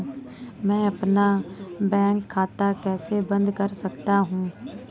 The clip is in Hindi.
मैं अपना बैंक खाता कैसे बंद कर सकता हूँ?